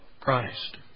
Christ